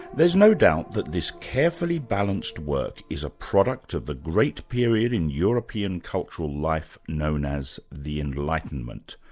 there's no doubt that this carefully balanced work is a product of the great period in european cultural life known as the enlightenment,